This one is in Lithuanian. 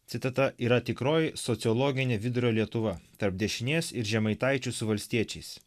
citata yra tikroji sociologinė vidurio lietuva tarp dešinės ir žemaitaičiu su valstiečiais